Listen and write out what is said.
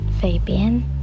Fabian